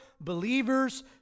believers